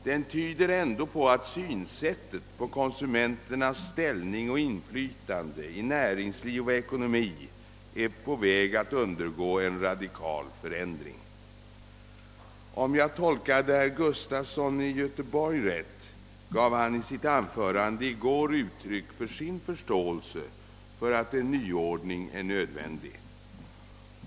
Den tyder ändå på att synsättet när det gäller konsumenternas ställning och inflytande i näringsliv och ekonomi är på väg att undergå en radikal förändring. Om jag tolkade herr Gustafson i Göteborg rätt gav han i sitt anförande i går uttryck för sin förståelse för en nyordning.